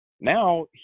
Now